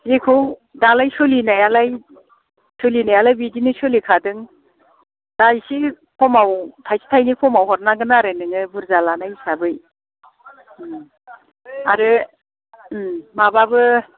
जिखौ दालाय सोलिनायालाय सोलिनायालाय बिदिनो सोलिखादों दा इसे खमाव थाइसे थाइनै खमाव हरनांगोन आरो नोङो बुरजा लानाय हिसाबै आरो माबाबो